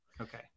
okay